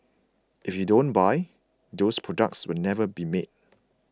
if you don't buy those products will never be made